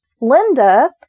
Linda